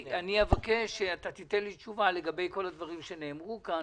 אבקש שתיתן לי תשובה לגבי כל הדברים שנאמרו כאן,